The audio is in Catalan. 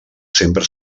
sempre